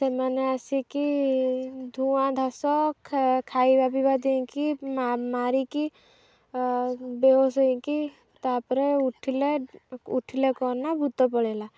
ସେମାନେ ଆସିକି ଧୂଆଁଧାସ ଖାଇବା ପିଇବା ଦେଇକି ମା ମାରିକି ବେହୋସ ହେଇକି ତା'ପରେ ଉଠିଲେ ଉଠିଲେ କ'ଣ ନା ଭୂତ ପଳେଇଲା